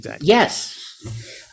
Yes